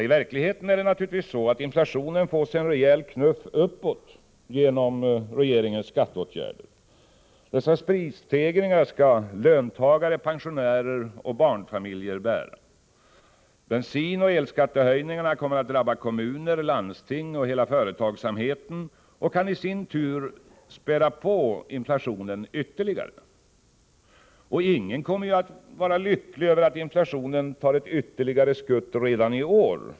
I verkligheten är det naturligtvis så att inflationen får sig en rejäl knuff uppåt genom regeringens skatteåtgärder. Dessa prisstegringar skall löntagare, pensionärer och barnfamiljer bära. Bensinoch elskattehöjningar kommer att drabba kommuner, landsting och hela företagsamheten och kan i sin tur späda på inflationen ytterligare. Ingen kommer att vara lycklig över att inflationen tar ett ytterligare skutt redan i år.